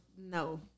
no